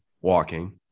Walking